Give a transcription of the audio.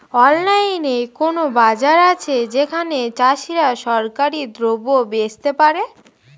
অনলাইনে কোনো বাজার আছে যেখানে চাষিরা সরাসরি দ্রব্য বেচতে পারে?